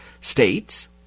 states